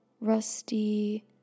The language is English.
rusty